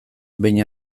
behin